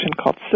called